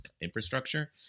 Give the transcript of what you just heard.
infrastructure